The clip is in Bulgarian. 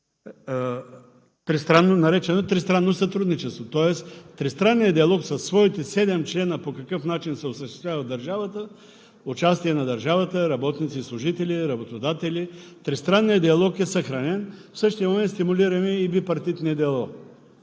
което е наречено тристранно сътрудничество. Тристранният диалог със своите седем члена по какъв начин се осъществява в държавата – участие на държавата, работници и служители, работодатели. Тристранният диалог е съхранен, в същия момент стимулираме и бипартитния диалог.